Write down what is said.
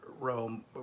rome